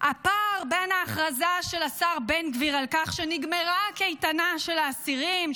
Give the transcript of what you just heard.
הפער בין ההכרזה של השר בן גביר על כך שנגמרה הקייטנה של האסירים,